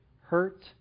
Hurt